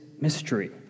mystery